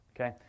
Okay